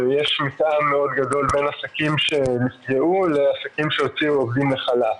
ויש מתאם גדול מאוד בין עסקים שנפגעו לבין עסקים שהוציאו עובדים לחל"ת.